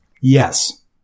Yes